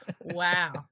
Wow